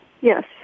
yes